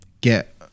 get